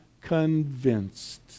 convinced